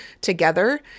together